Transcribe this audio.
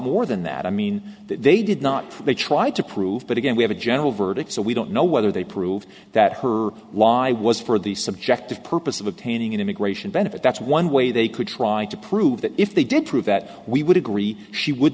more than that i mean they did not they try to prove but again we have a general verdict so we don't know whether they proved that her why was for the subjective purpose of obtaining an immigration benefit that's one way they could try to prove that if they did prove that we would agree she would